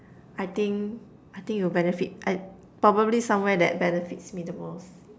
I think it'll benefit I probably somewhere that benefits me the most